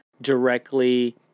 directly